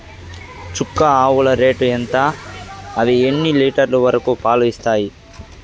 చుక్క ఆవుల రేటు ఎంత? అవి ఎన్ని లీటర్లు వరకు పాలు ఇస్తాయి?